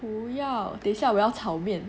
不要等一下我要炒面